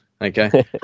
okay